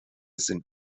sind